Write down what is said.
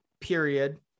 period